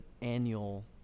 annual